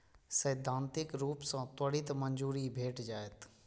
सैद्धांतिक रूप सं त्वरित मंजूरी भेट जायत